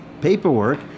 paperwork